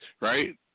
right